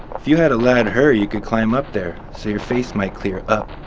if you had a ladder, you can climb up there so your face might clear up.